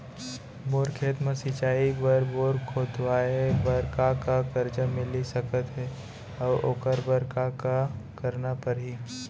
मोर खेत म सिंचाई बर बोर खोदवाये बर का का करजा मिलिस सकत हे अऊ ओखर बर का का करना परही?